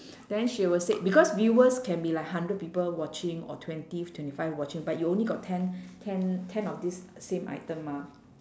then she will say because viewers can be like hundred people watching or twenty twenty five watching but you only got ten ten ten of this same item mah